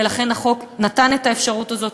ולכן החוק נתן את האפשרות הזאת.